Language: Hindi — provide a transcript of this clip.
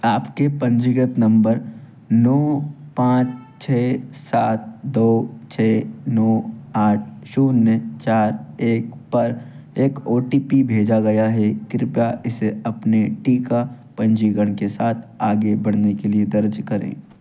आपके पंजीकृत नंबर नौ पाँच छः सात दो छः नौ आठ शून्य चार एक पर एक ओ टी पी भेजा गया है कृपया उसे अपने टीका पंजीकरण के साथ आगे बढ़ने के लिए दर्ज करें